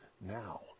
now